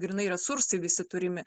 grynai resursai visi turimi